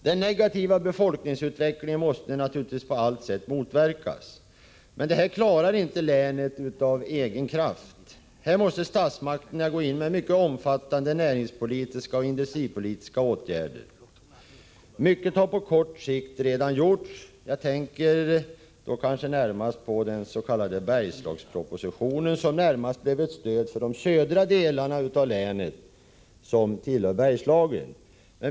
Den här negativa befokningsutvecklingen måste på allt sätt motverkas, men detta klarar inte länet av egen kraft. Här måste statsmakterna gå in med mycket omfattande näringspolitiska och industripolitiska åtgärder. Mycket har på kort tid redan gjorts. Jag tänker då närmast på den s.k. Berslagspropositionen, som närmast blev ett stöd för de södra delarna av länet som tillhör Bergslagen.